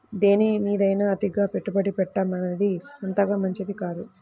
దేనిమీదైనా అతిగా పెట్టుబడి పెట్టడమనేది అంతగా మంచిది కాదు